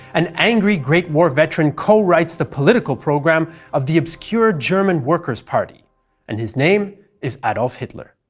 an angry great war veteran co-writes the political program of the obscure german workers' party and his name is adolf hitler.